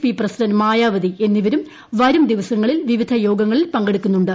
P president Mayawati എന്നിവരും വരും ദിവസങ്ങളിൽ വിവ്രിധ് യോഗങ്ങളിൽ പങ്കെടുക്കുന്നുണ്ട്